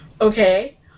Okay